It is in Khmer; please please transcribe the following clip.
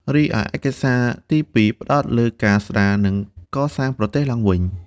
រីឯឯកសារទីពីរផ្តោតលើការស្តារ និងកសាងប្រទេសឡើងវិញ។